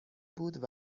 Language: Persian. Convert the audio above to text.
بود